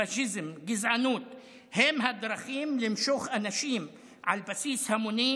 פשיזם וגזענות הם הדרכים למשוך אנשים על בסיס המוני